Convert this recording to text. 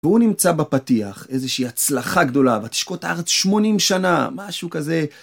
והוא נמצא בפתיח, איזושהי הצלחה גדולה ותשקוט הארץ 80 שנה, משהו כזה.